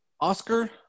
Oscar